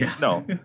no